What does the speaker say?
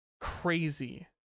crazy